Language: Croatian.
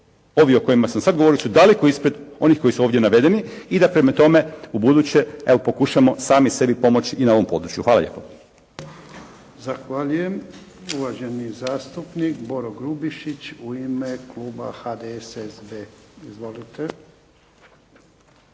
ovi o kojima sam sad govorio su daleko ispred onih koji su ovdje navedeni i da prema tome ubuduće evo pokušamo sami sebi pomoći i na ovom području. Hvala lijepo.